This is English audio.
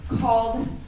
called